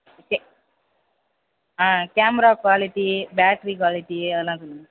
K ஆ camera quality battery quality அதெல்லாம் சொல்லுங்கள்